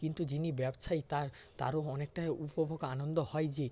কিন্তু যিনি ব্যবসায়ী তার তারও অনেকটাই উপভোগ আনন্দ হয় যে